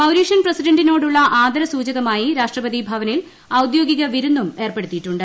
Mauritian പ്രസിഡന്റിനോടുള്ള ആദര സൂചകമായി രാഷ്ട്രപതി ഭവനിൽ ഔദ്യോഗിക വിരുന്നും ഏർപ്പെടുത്തിയിട്ടുണ്ട്